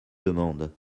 demande